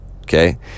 okay